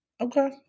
Okay